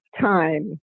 time